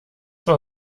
war